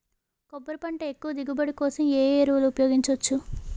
కొబ్బరి పంట ఎక్కువ దిగుబడి కోసం ఏ ఏ ఎరువులను ఉపయోగించచ్చు?